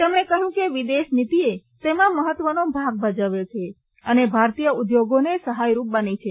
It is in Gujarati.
તેમણે કહ્યું કે વિદેશ નીતિએ તેમાં મહત્વનો ભાગ ભજવ્યો છે અને ભારતીય ઉદ્યોગોને સહાયરૂપ બની છે